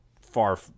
far